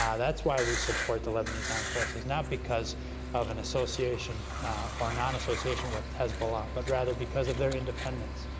um that's why we support the lebanese armed forces, not because of an association or nonassociation with hezbollah, but rather because of their independence,